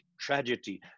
tragedy